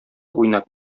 уйнап